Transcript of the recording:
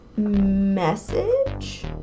Message